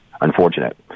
unfortunate